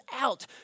out